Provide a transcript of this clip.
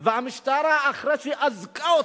המשטרה, אחרי שאזקה אותו,